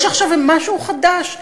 יש עכשיו משהו חדש,